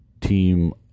team